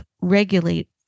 regulate